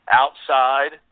outside